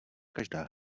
každá